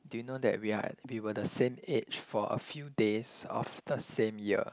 do you know that we are we were the same age for a few days of the same year